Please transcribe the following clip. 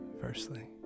firstly